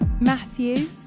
Matthew